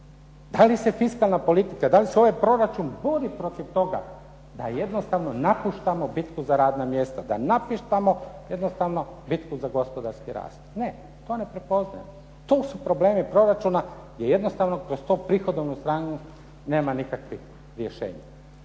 Da li se fiskalna politika, da li se ovaj proračun bori protiv toga da jednostavno napuštamo bitku za radna mjesta, da napuštamo jednostavno bitku za gospodarski rast? Ne, to ne prepoznaje. To su problemi proračuna gdje jednostavno kroz tu prihodovnu stranu nema nikakvih rješenja.